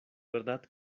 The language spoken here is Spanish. verdad